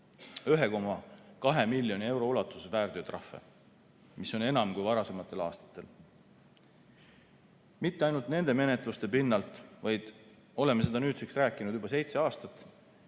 1,2 miljoni euro ulatuses väärteotrahve, mis on enam kui varasematel aastatel. [Võib öelda] mitte ainult nende menetluste pinnalt, vaid oleme seda nüüdseks rääkinud juba seitse aastat,